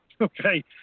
Okay